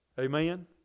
Amen